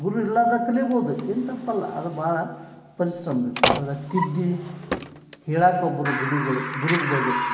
ಗುರು ಇಲ್ಲಾ ಅಂದ್ರೆ ಕಲಿಬೌದು ಏನು ತಪ್ಪಲ್ಲ ಅದು ಭಾಳ ಪರಿಶ್ರಮ ಬೇಕು ಅದ ತಿದ್ದಿ ಹೇಳಾಕೆ ಒಬ್ಬರು ಗುರಿಗಳು ಗುರು ಬೇಕು